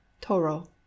toro